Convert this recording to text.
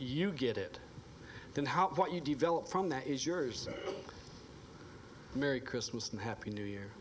you get it and how what you develop from that is yours merry christmas and happy new year